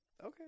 Okay